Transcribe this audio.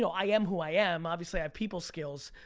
so i am who i am, obviously, i have people skills